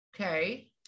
okay